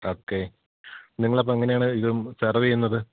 ഒക്കെ നിങ്ങളപ്പോള് എങ്ങനെയാണ് ഇത് സെർവെയ്യുന്നത്